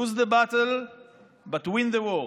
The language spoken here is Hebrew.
Lose the battle but win the war,